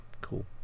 cool